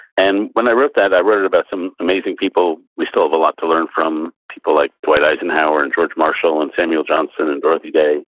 and when i wrote that, i wrote it about some amazing people we still have a lot to learn from, people like dwight eisenhower and george marshall and samuel johnson and dorothy day.